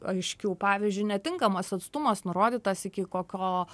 aiškių pavyzdžiui netinkamas atstumas nurodytas iki kokio